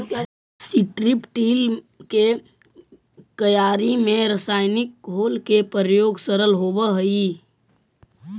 strip till के क्यारि में रसायनिक घोल के प्रयोग सरल होवऽ हई